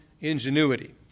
ingenuity